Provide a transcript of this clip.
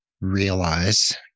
realize